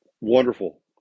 wonderful